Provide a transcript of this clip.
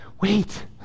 wait